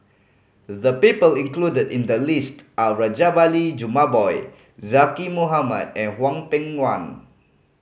the people included in the list are Rajabali Jumabhoy Zaqy Mohamad and Hwang Peng Yuan